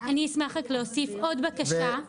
אני אשמח להוסיף עוד בקשה.